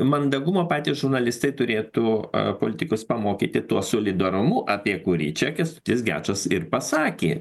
mandagumo patys žurnalistai turėtų politikus pamokyti tuo solidarumu apie kurį čia kęstutis gečas ir pasakė